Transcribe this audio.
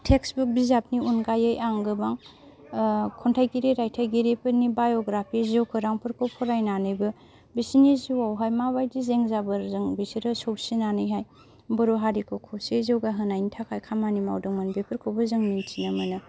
textbook बिजाबनि अनगायै आं गोबां खन्थाइगिरि रायथाइगिरिफोरनि बाय'ग्राफि जिउखौरांफोरखौ फरायनानैबो बिसोरनि जिउआवहाय माबायदि जें जाबोरजों बिसोरो सौसिनानै बर' हारिखौ खौसेयै जौगाहोनायनि थाखाय खामानि मावदोंमोन बेफोरखौबो जों मिन्थिनो मोनो